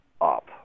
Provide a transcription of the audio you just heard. up